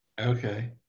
Okay